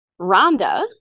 Rhonda